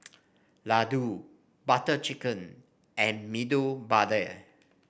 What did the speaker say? Ladoo Butter Chicken and Medu Vada